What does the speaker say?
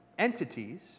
Entities